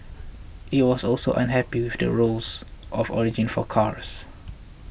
it was also unhappy with the rules of origin for cars